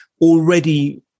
already